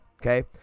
okay